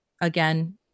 again